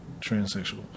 transsexual